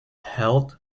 held